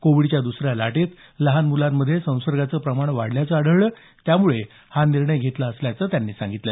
कोविडच्या दुसऱ्या लाटेत लहान मुलांमधेही संसर्गाचं प्रमाण वाढल्याचं आढळलं त्यामुळे हा निर्णय घेतला असल्याचं त्यांनी सांगितलं